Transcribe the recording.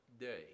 day